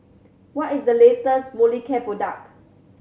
what is the latest Molicare product